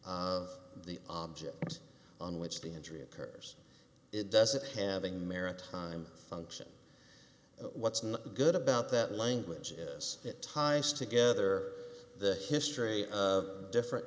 of the object on which the injury occurs it doesn't having maritime function what's good about that language is it ties together the history of different